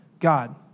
God